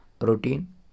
Routine